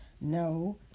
no